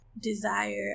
desire